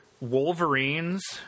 Wolverines